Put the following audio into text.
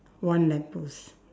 one lamppost